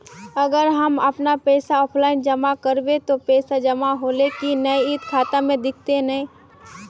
अगर हम अपन पैसा ऑफलाइन जमा करबे ते पैसा जमा होले की नय इ ते खाता में दिखते ने?